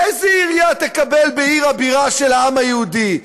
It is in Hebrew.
איזה עירייה תקבל בעיר הבירה של העם היהודי?